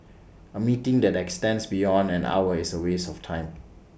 A meeting that extends beyond an hour is A waste of time